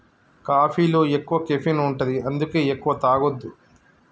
కాఫీలో ఎక్కువ కెఫీన్ ఉంటది అందుకే ఎక్కువ తాగొద్దు